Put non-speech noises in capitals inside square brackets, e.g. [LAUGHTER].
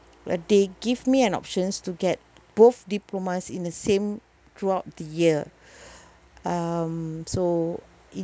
uh they give me an options to get both diplomas in the same throughout the year [BREATH] um so it's